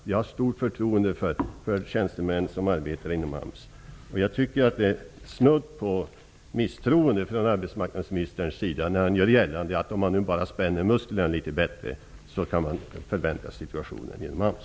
Jag har stort förtroende för de tjänstemän som arbetar inom AMS. Jag tycker att det är snudd på misstroende från arbetsmarknadsministerns sida när han gör gällande att om man bara spänner musklerna litet till kan man förbättra situationen inom AMS.